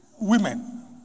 women